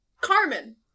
Carmen